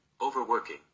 overworking